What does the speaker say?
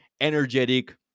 energetic